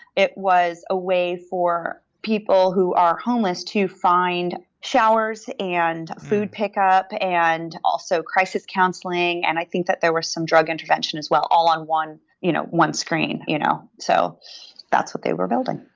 it was a way for people who are homeless to find showers and food pick up and also crisis counseling, and i think that there were some drug intervention as well all on one you know one screen. you know so that's what they were building.